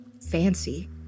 fancy